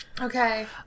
Okay